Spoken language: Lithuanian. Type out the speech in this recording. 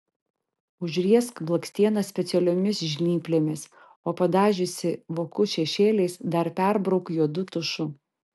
užriesk blakstienas specialiomis žnyplėmis o padažiusi vokus šešėliais dar perbrauk juodu tušu